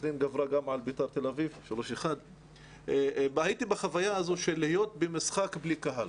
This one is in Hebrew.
סחנין גברה גם על תל-אביב 3:1. הייתי בחוויה של להיות במשחק בלי קהל.